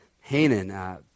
Hanan